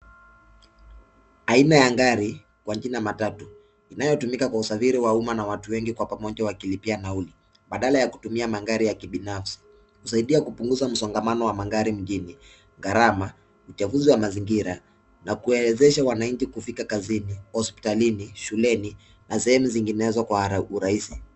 Aina ya gari kwa jina ya matatu inayotumika kwa usafiri wa umma na watu wengi kwa pamoja wakilipia nauli badala ya kutumia magari ya kibinafsi. Husaidia kupunguza msongamano wa magari mjini, gharama, uchafuzi wa mazingira na kuwawezesha wananchi kufika kazini, hozpitalini, shuleni na sehemu nyinginezo kwa urahisi.